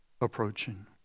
approaching